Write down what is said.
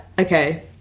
Okay